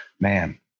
man